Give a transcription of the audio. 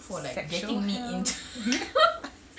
sexual health